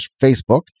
Facebook